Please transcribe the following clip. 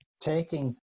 taking